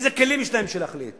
איזה כלים יש להם בשביל להחליט?